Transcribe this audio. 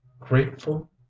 Grateful